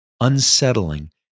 unsettling